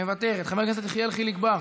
מוותרת, חבר הכנסת יחיאל חיליק בר,